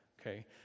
okay